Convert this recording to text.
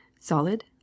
solid